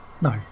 no